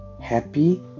happy